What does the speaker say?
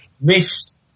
missed